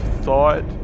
thought